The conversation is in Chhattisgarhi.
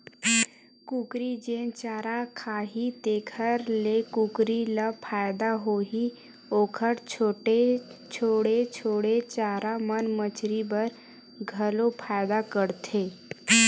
कुकरी जेन चारा खाही तेखर ले कुकरी ल फायदा होही, ओखर छोड़े छाड़े चारा मन मछरी बर घलो फायदा करथे